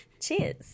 Cheers